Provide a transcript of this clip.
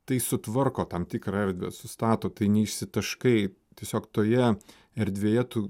tai sutvarko tam tikrą erdvą sustato tai neišsitaškai tiesiog toje erdvėje tu